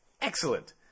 Excellent